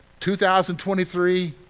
2023